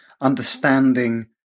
understanding